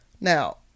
Now